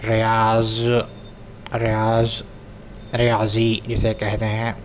ریاض ریاض ریاضی اسے کہتے ہیں